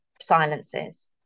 silences